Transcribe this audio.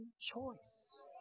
choice